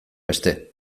beste